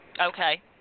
Okay